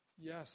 Yes